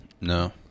No